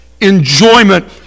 enjoyment